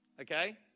Okay